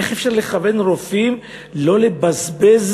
איך אפשר לכוון רופאים לא לבזבז